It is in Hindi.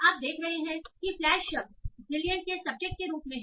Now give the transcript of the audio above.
आप देख रहे हैं कि फ्लैश शब्द ब्रिलिएंट के सब्जेक्ट के रूप में है